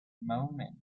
moment